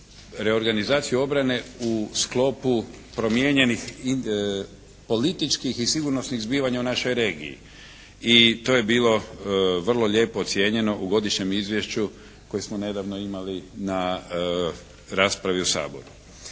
reorganizaciju obrane u sklopu promijenjenih političkih i sigurnosnih zbivanja u našoj regiji i to je bilo vrlo lijepo ocijenjeno u godišnjem izvješću koje smo nedavno imali na raspravi u Saboru.